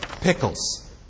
pickles